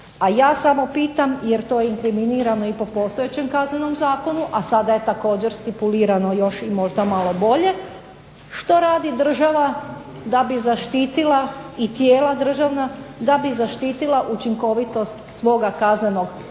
A ja samo pitam jer je to inkriminirano i po postojećem Kaznenom zakonu, a sada je također stipulirano još i možda malo bolje, što radi država i tijela državna da bi zaštitila učinkovitost svoga kaznenog progona,